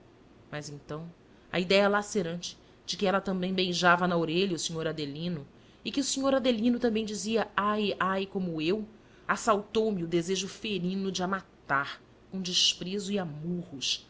mas então à idéia lacerante de que ela também beijava na orelha o senhor adelino e que o senhor adelino também dizia ai ai como eu assaltou-me o desejo ferino de a matar com desprezo e a murros